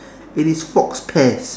is it faux pas